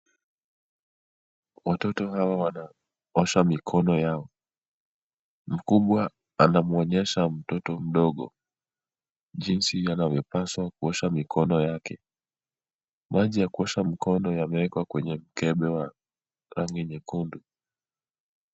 Watoto hawa wanaosha mikono yao, mkubwa anamuonyesha mtoto mdogo jinsi anavyopaswa kuosha mikono yake. Maji ya kuosha mkono yamewekwa kwenye mkebe wa rangi nyekundu.